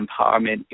Empowerment